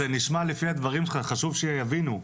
זה נשמע לפי הדברים שלך חשוב שיבינו,